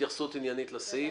התייחסות עניינית לסעיף,